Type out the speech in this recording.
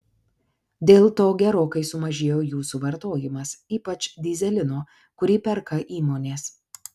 dėl to gerokai sumažėjo jų suvartojimas ypač dyzelino kurį perka įmonės